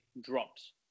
drops